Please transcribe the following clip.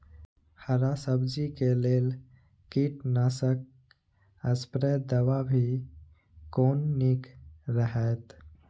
हरा सब्जी के लेल कीट नाशक स्प्रै दवा भी कोन नीक रहैत?